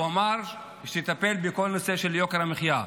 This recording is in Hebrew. אמר שהוא יטפל בכל נושא יוקר המחיה.